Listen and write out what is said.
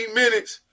minutes